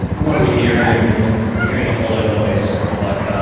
and what are we hearing there when you tap? you're hearing a hollow noise, like